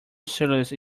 seriously